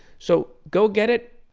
so go get it,